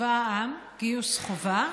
צבא העם, גיוס חובה.